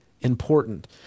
important